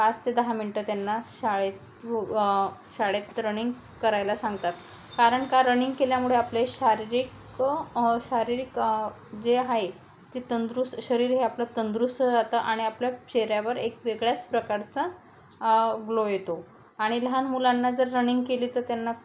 पाच ते दहा मिनटं त्यांना शाळेत शाळेत रनिंग करायला सांगतात कारण का रनिंग केल्यामुळे आपले शारीरिक शारीरिक जे आहे ते तंदुरुस्त शरीर हे आपलं तंदुरुस्त जातं आणि आपल्या चेहऱ्यावर एक वेगळ्याच प्रकारचा ग्लो येतो आणि लहान मुलांना जर रनिंग केली तर त्यांना